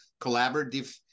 collaborative